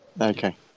Okay